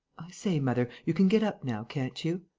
say, mother, you can get up now, can't you?